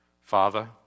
Father